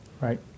Right